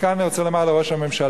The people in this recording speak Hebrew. כאן אני רוצה להגיד לראש הממשלה,